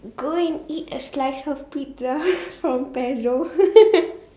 go and eat a slice of pizza from Pezzo